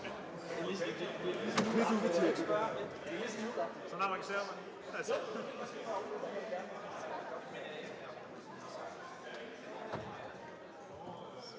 Tak